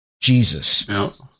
Jesus